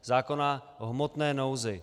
Zákona o hmotné nouzi.